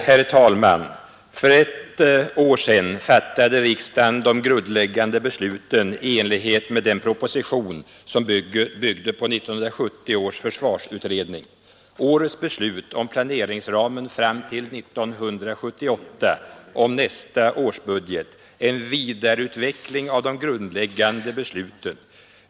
Herr talman! För ett år sedan fattade riksdagen de grundläggande besluten i enlighet med den proposition som byggde på 1970 års försvarsutredning. Årets beslut om planeringsramen fram till 1978 och om nästa årsbudget är en vidareutveckling av det grundläggande beslutet.